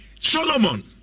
Solomon